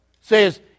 says